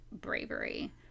bravery